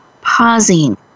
pausing